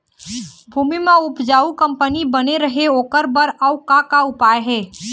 भूमि म उपजाऊ कंपनी बने रहे ओकर बर अउ का का उपाय हे?